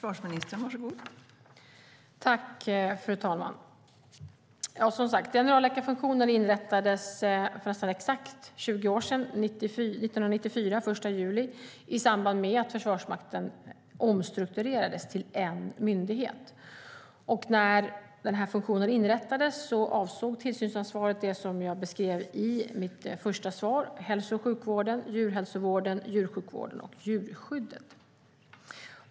Fru talman! Generalläkarfunktionen inrättades som sagt för nästan exakt 20 år sedan, den 1 juli 1994, i samband med att Försvarsmakten omstrukturerades till en myndighet. När funktionen inrättades avsåg tillsynsansvaret det som jag beskrev i mitt första svar: hälso och sjukvården, djurhälsovården, djursjukvården och djurskyddet.